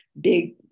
big